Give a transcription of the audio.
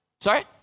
Sorry